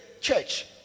church